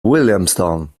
williamstown